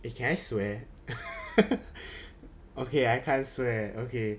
eh can I swear okay I can't swear okay